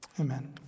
Amen